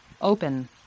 open